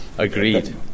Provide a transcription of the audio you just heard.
Agreed